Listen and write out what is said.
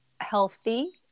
healthy